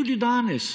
Tudi danes